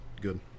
Good